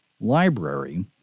library